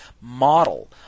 model